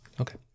okay